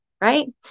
right